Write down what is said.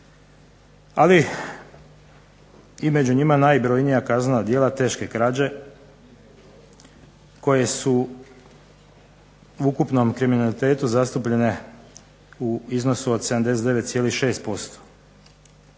ali i među njima najbrojnija kaznena djela teške krađe, koje su u ukupnom kriminalitetu zastupljene u iznosu od 79,6%.